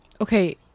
okay